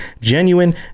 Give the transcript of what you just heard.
genuine